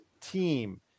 team